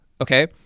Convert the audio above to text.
Okay